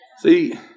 See